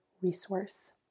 resource